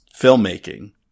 filmmaking